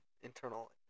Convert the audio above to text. internal